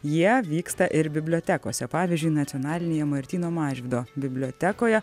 jie vyksta ir bibliotekose pavyzdžiui nacionalinėje martyno mažvydo bibliotekoje